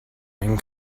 einen